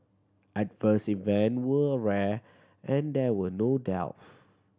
adverse event were rare and there were no deaths